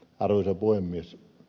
arvoisa puhemies